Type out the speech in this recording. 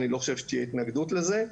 אני לא חושב שתהיה התנגדות לזה,